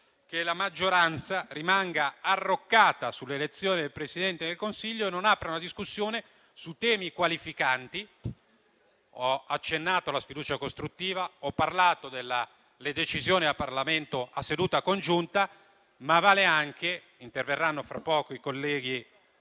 che la maggioranza rimanga arroccata sull'elezione del Presidente del Consiglio e non apra a una discussione su temi qualificanti. Ho accennato alla sfiducia costruttiva e ho parlato delle decisioni del Parlamento in seduta comune; ma vale anche sul tema dell'abuso della